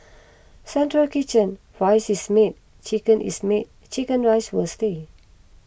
central kitchen rice is made chicken is made Chicken Rice will stay